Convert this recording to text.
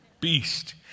Beast